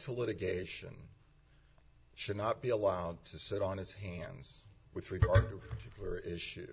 to litigation should not be allowed to sit on his hands with regard to their issue